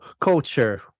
Culture